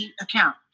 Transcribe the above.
account